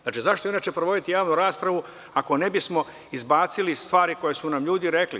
Znači, zašto inače sprovoditi javnu raspravu ako ne bismo izbacili stvari koje su nam ljudi rekli.